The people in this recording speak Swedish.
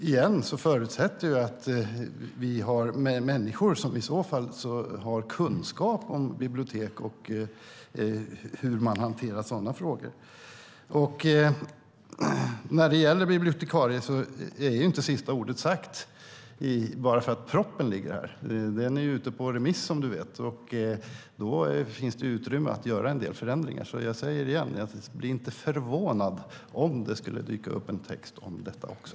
Igen förutsätter det att vi har människor som i så fall har kunskap om bibliotek och hur man hanterar sådana frågor. När det gäller bibliotekarier är inte sista ordet sagt bara för att propositionen har lagts fram. Den är ute på remiss, som du vet. Då finns det utrymme att göra en del förändringar. Jag säger igen: Bli inte förvånad om det skulle dyka upp en text om detta också!